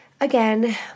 again